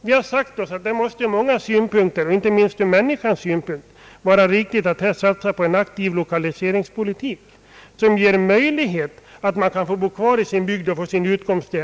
Vi har sagt oss att det ur många synpunkter, inte minst ur den enskilda människans synpunkt, måste vara riktigt att satsa på en aktiv lokaliseringspolitik, som gör det möjligt för människor att bo kvar i sin bygd och få sin utkomst där.